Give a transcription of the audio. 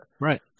Right